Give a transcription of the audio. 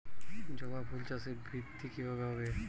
জবা ফুল চাষে বৃদ্ধি কিভাবে হবে?